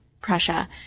Prussia